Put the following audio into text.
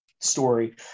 story